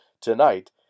tonight